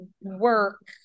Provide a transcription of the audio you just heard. work